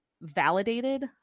validated